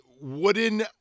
wooden